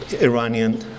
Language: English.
Iranian